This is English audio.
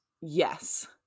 yes